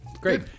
Great